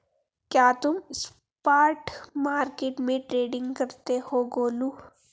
क्या तुम spot market में ट्रेडिंग करते हो गोलू?